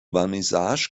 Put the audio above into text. vernissage